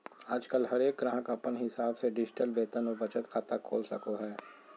आजकल हरेक गाहक अपन हिसाब से डिजिटल वेतन और बचत खाता खोल सको हय